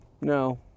No